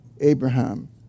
Abraham